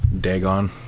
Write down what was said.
Dagon